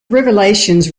revelations